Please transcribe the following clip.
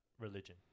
religion